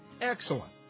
excellent